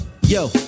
Yo